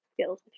skills